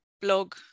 blog